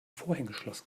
vorhängeschloss